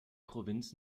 provinz